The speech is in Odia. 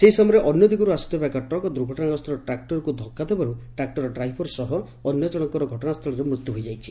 ସେହି ସମୟରେ ଅନ୍ୟ ଦିଗରୁ ଆସୁଥିବା ଏକ ଟ୍ରକ୍ ଦୁର୍ଘଟଶାଗ୍ରସ୍ତ ଟ୍ରାକଟରକୁ ଧକ୍କା ଦେବାରୁ ଟ୍ରାକଟର ଡ୍ରାଇଭର ସହ ଅନ୍ୟଜଣଙ୍କର ଘଟଶାସ୍ଥଳରେ ମୃତ୍ୟୁ ହୋଇଯାଇଛି